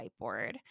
whiteboard